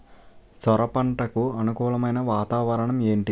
సొర పంటకు అనుకూలమైన వాతావరణం ఏంటి?